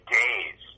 days